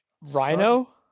Rhino